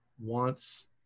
wants